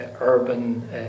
urban